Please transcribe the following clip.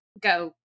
go